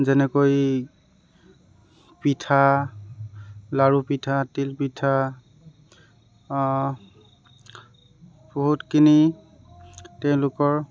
যেনেকৈ পিঠা লাৰুপিঠা তিলপিঠা বহুতখিনি তেওঁলোকৰ